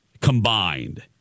combined